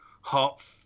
heart